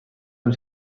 amb